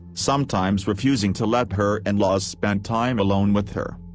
sometimes refusing to let her in-laws spend time alone with her.